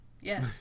Yes